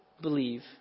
believe